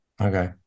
Okay